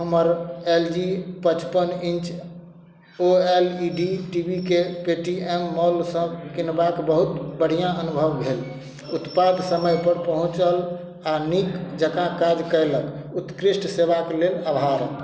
हमर L G पचपन inch O L E D टीवीके पेटीएम मॉलसँ किनबाक बहुत बढ़िआँ अनुभव भेल उत्पाद समय पर पहुँचल आ नीक जकाँ काज कयलक उत्कृष्ट सेवाक लेल आभार